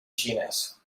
xinès